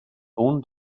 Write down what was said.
own